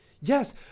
Yes